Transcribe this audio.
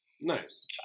Nice